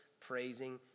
praising